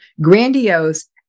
grandiose